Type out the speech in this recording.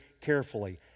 carefully